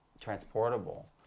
transportable